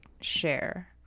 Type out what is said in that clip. share